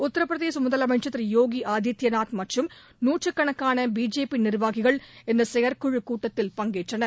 உத்தரப்பிரதேச முதலமைச்சர் திரு யோகி ஆதித்பநாத் மற்றும் நூற்றுக்கணக்கான பிஜேபி நிர்வாகிகள் இந்த செயற்குழுக் கூட்டத்தில் பங்கேற்றனர்